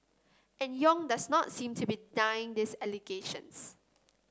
and Yong does not seem to be denying these allegations